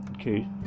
okay